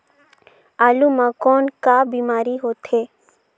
आलू म कौन का बीमारी होथे?